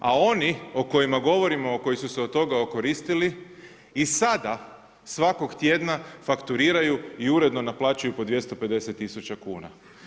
A oni o kojima govorimo koji su se od toga okoristili, i sada svakog tjedna fakturiraju i uredno naplaćuju po 250 000 kuna.